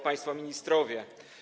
Państwo Ministrowie!